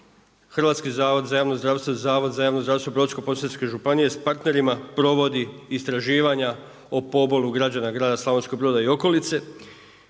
Hrvatski zavod za javno zdravstvo i Zavod za javno zdravstvo Brodsko-posavske županije sa partnerima provodi istraživanja o pobolu građana grada Slavonskog Broda i okolice.